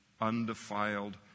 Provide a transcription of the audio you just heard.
undefiled